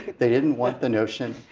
they didn't want the notion,